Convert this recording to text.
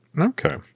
Okay